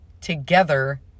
together